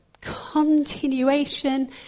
continuation